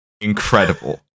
incredible